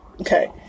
okay